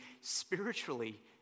spiritually